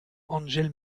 angèle